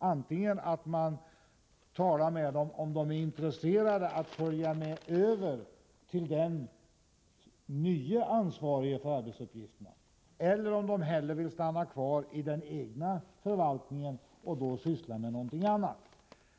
Man talar med tjänstemännen för att utröna om de antingen är intresserade av att följa med över till den nye för arbetsuppgifterna ansvarige eller om de hellre vill stanna kvar i den egna förvaltningen och syssla med någonting annat.